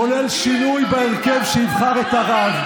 כולל שינוי בהרכב שיבחר את הרב.